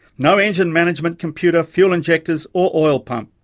no engine management computer, fuel injectors, or oil pump.